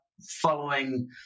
following